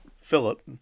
Philip